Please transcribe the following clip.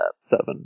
seven